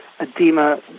edema